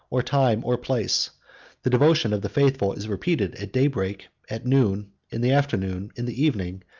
or time or place the devotion of the faithful is repeated at daybreak, at noon, in the afternoon, in the evening,